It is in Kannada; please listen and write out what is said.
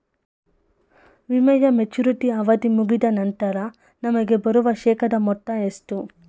ವಿಮೆಯ ಮೆಚುರಿಟಿ ಅವಧಿ ಮುಗಿದ ನಂತರ ನಮಗೆ ಬರುವ ಶೇಕಡಾ ಮೊತ್ತ ಎಷ್ಟು?